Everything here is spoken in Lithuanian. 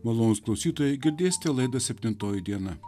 malonūs klausytojai girdėsite laidą septintoji diena